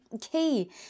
key